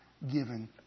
given